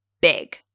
Big